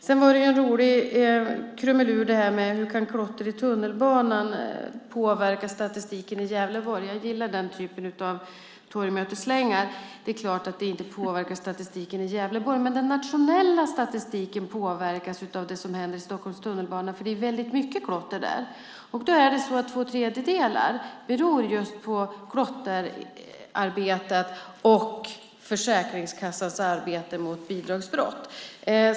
Det var en rolig krumelur när det gällde hur klotter i tunnelbanan påverkar statistiken i Gävleborg; jag gillar den typen av torgmötesslängar. Det är klart att det inte påverkar statistiken i Gävleborg, men den nationella statistiken påverkas av det som händer i Stockholms tunnelbana eftersom det finns mycket klotter där. Två tredjedelar beror på just klotterarbetet och Försäkringskassans arbete mot bidragsbrott.